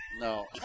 No